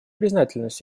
признательность